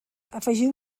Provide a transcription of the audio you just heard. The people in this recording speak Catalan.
afegiu